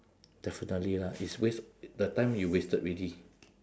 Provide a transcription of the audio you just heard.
definitely lah it's waste the time you wasted already